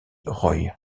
roy